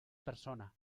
persona